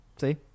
See